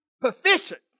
proficient